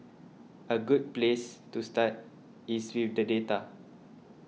a good place to start is with the data